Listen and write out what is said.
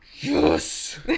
yes